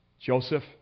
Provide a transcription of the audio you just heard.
Joseph